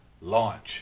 launch